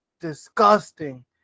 disgusting